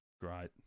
Great